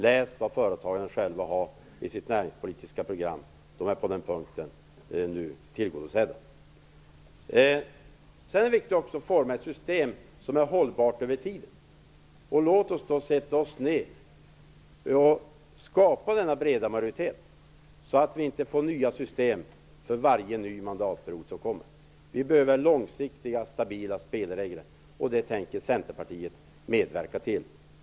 Läs vilka krav företagarna själva har i sitt näringspolitiska program. De är nu tillgodosedda på den punkten. Sedan är det också viktigt att forma ett system som är hållbart över tiden. Låt oss då sätta oss ned och skapa denna breda majoritet så att vi inte får nya system för varje ny mandatperiod som kommer. Vi behöver långsiktiga, stabila spelregler, och det tänker Centerpartiet medverka till.